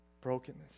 brokenness